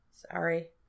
Sorry